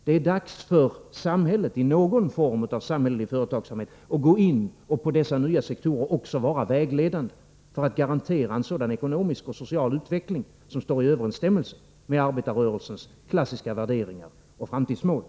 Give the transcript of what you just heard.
Det är dags för samhället att i någon form av samhällelig företagsamhet gå in och på dessa nya sektorer också vara vägledande för att garantera en sådan ekonomisk och social utveckling som traditionellt står i överensstämmelse med arbetarrörelsens klassiska värderingar och framtidsmål.